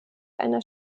einer